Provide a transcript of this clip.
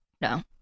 No